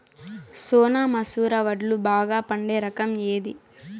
సోనా మసూర వడ్లు బాగా పండే రకం ఏది